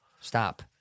Stop